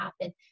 happen